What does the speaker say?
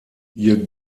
ihr